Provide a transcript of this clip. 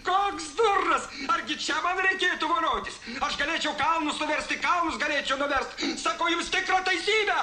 koks durnas argi čia man reikėtų voliotis aš galėčiau kalnus nuversti kalnus galėčiau nuverst sakau jums tikrą teisybę